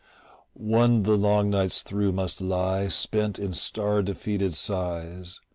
one the long nights through must lie spent in star-defeated sighs,